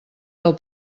del